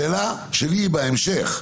השאלה שלי בהמשך,